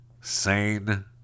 sane